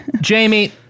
Jamie